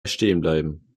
stehenbleiben